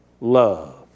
love